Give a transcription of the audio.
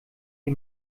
die